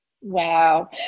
Wow